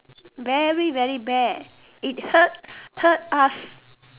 very very bad it hurts hurt us